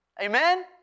Amen